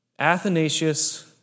Athanasius